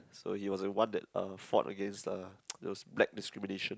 so he was the one that uh fought against uh those black discrimination